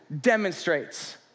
Demonstrates